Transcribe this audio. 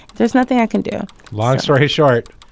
there's nothing i can do long story short,